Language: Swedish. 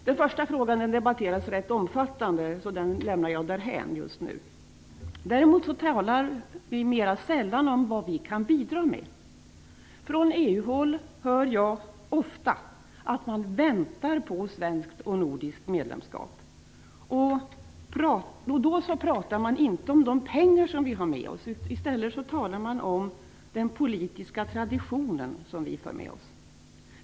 Den första frågan debatteras rätt omfattande, så den lämnar jag därhän just nu. Däremot talar vi mer sällan om vad vi kan bidra med. Från EU-håll hör jag ofta att man väntar på svenskt och nordiskt medlemskap. Då pratar man inte om de pengar som vi har med oss. I stället talar man om den politiska tradition som vi för med oss.